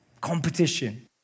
competition